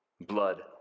Blood